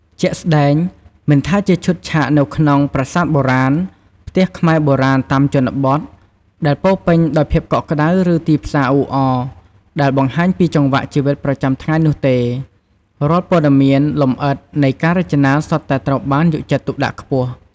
ជាក់ស្តែង មិនថាជាឈុតឆាកនៅក្នុង ប្រាសាទបុរាណ ផ្ទះខ្មែរបុរាណតាមជនបទ ដែលពោរពេញដោយភាពកក់ក្តៅ ឬ ទីផ្សារអ៊ូអរ ដែលបង្ហាញពីចង្វាក់ជីវិតប្រចាំថ្ងៃនោះទេ រាល់ព័ត៌មានលម្អិតនៃការរចនាសុទ្ធតែត្រូវបានយកចិត្តទុកដាក់ខ្ពស់។